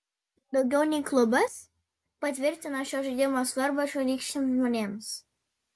daugiau nei klubas patvirtina šio žaidimo svarbą čionykščiams žmonėms